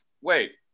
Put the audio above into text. Wait